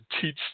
teach